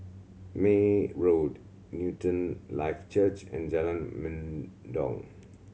May Road Newton Life Church and Jalan Mendong